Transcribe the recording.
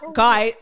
guy